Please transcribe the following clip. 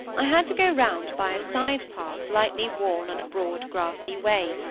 i had to go round by a side-path lightly worn on a broad grassy way,